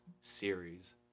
series